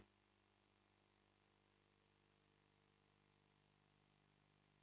Grazie